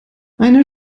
eine